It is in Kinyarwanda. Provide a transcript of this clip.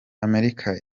amerika